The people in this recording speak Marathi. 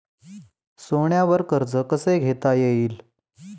सोन्यावर कर्ज कसे घेता येईल?